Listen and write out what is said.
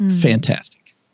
Fantastic